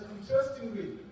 interestingly